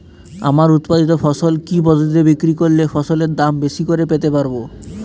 আমার উৎপাদিত ফসল কি পদ্ধতিতে বিক্রি করলে ফসলের দাম বেশি করে পেতে পারবো?